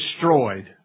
destroyed